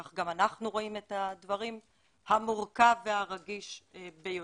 כך גם אנחנו רואים את הדברים המורכב והרגיש ביותר.